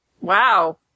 Wow